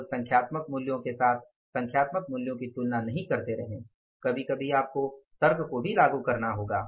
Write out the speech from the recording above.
केवल संख्यात्मक मूल्यों के साथ संख्यात्मक मूल्यों की तुलना नहीं करते रहें कभी कभी आपको तर्क को भी लागू करना होगा